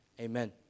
Amen